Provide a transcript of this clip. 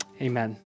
Amen